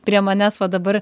prie manęs va dabar